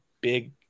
big